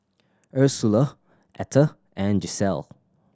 Ursula Etter and Gisele